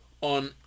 on